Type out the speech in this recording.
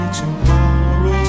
tomorrow